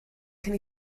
cyn